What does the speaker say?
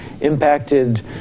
impacted